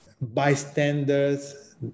bystanders